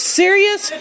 serious